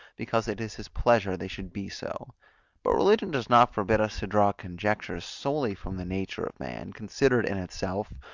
because it is his pleasure they should be so but religion does not forbid us to draw conjectures solely from the nature of man, considered in itself,